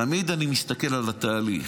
תמיד אני מסתכל על התהליך.